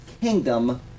kingdom